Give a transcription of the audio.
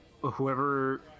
whoever